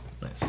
Nice